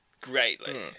greatly